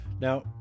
Now